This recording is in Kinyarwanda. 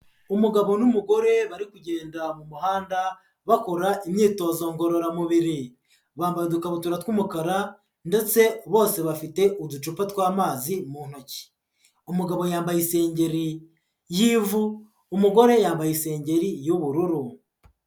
Umugabo n'umugore bari mu muhanda bakora imyitozo ngororamubiri. Bambaye udukabutura tw'umukara ndetse bose bafite uducupa tw'amazi mu ntoki. Umugabo yambaye isengeri y'ivu, umugore yambaye isengeri y'ubururu.